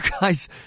guys –